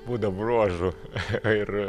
būdo bruožų ir